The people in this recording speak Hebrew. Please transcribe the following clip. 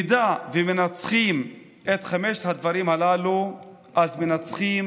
אם מנצחים את חמשת הדברים הללו אז מנצחים